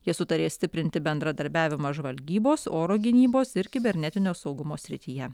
jie sutarė stiprinti bendradarbiavimą žvalgybos oro gynybos ir kibernetinio saugumo srityje